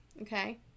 okay